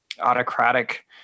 autocratic